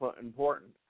important